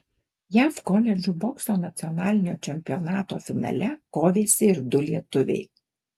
jav koledžų bokso nacionalinio čempionato finale kovėsi ir du lietuviai